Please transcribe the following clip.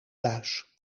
buis